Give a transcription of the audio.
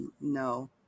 No